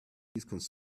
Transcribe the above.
please